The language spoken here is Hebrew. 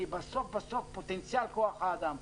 כי בסוף פוטנציאל כוח האדם,